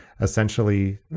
Essentially